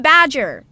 Badger